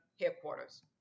headquarters